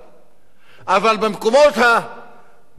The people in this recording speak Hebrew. אבל בצדדים,